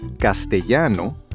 Castellano